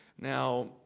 Now